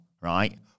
right